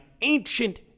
ancient